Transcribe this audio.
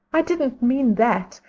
i didn't mean that.